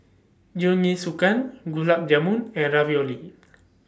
Jingisukan Gulab Jamun and Ravioli